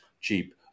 cheap